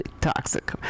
toxic